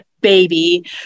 baby